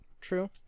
true